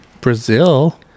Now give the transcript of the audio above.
Brazil